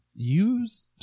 use